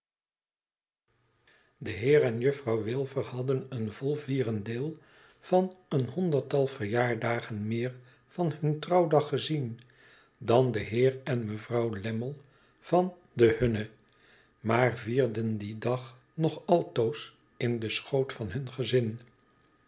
de heer en juffrouw wilfer hadden een vol vierdedeel van een honderdtal verjaardagen meer van hun trouwdag gezien dan de heer en mevrouw lammie van den hunnen maar vierden dien dag nog altoos in den schoot van hun gezin